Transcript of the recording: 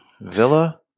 Villa